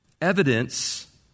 evidence